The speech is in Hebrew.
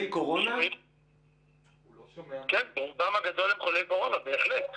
כן, ברובם הגדול בהחלט.